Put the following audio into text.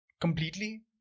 completely